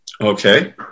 Okay